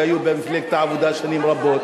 שהיו במפלגת העבודה שנים רבות.